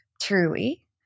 truly